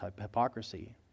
hypocrisy